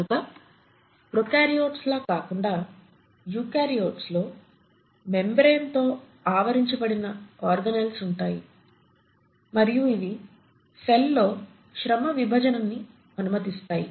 కనుక ప్రోకార్యోట్స్ లా కాకుండా యుకార్యోట్స్ లో మెంబ్రేన్ తో ఆవరించబడిన ఆర్గానెల్లీస్ ఉంటాయి మరియు ఇవి సెల్ లో శ్రమ విభజనని అనుమతిస్తాయి